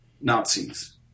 Nazis